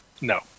No